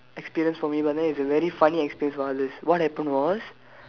experience for me but then it's a very funny experience for others what happen was